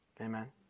amen